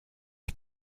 you